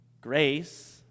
grace